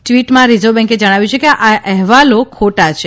ટ્વીટમાં રિઝર્વ બેન્કે જણાવ્યું છે કે આ ા હેવાલો ખોટા છે